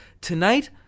tonight